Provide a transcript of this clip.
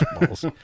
Balls